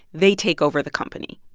they take over the company.